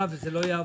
הזכות.